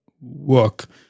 work